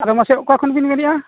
ᱟᱫᱚ ᱢᱟᱥᱮ ᱚᱠᱟᱠᱷᱚᱱᱵᱤᱱ ᱢᱮᱱᱮᱫᱼᱟ